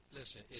listen